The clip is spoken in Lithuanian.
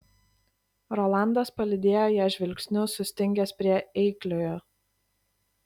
rolandas palydėjo ją žvilgsniu sustingęs prie eikliojo